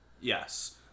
Yes